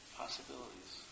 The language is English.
possibilities